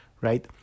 right